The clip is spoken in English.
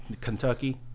Kentucky